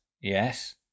yes